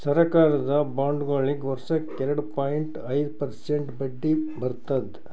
ಸರಕಾರದ ಬಾಂಡ್ಗೊಳಿಗ್ ವರ್ಷಕ್ಕ್ ಎರಡ ಪಾಯಿಂಟ್ ಐದ್ ಪರ್ಸೆಂಟ್ ಬಡ್ಡಿ ಇರ್ತದ್